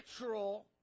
natural